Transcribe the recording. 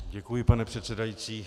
Děkuji, pane předsedající.